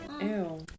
Ew